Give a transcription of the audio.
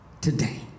today